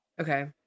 Okay